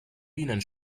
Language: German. bienen